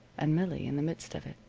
and millie in the midst of it,